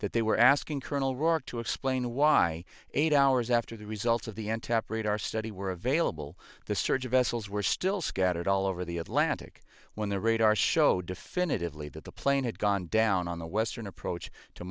that they were asking colonel roark to explain why eight hours after the results of the end top rate our study were available the search of vessels were still scattered all over the atlantic when the radar showed definitively that the plane had gone down on the western approach to